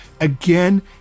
Again